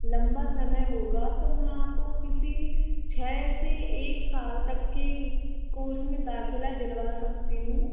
लम्बा समय होगा तो मैं आपको किसी छः से एक साल तक के कोर्स में दाखिला दिलवा सकती हूँ